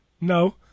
No